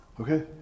Okay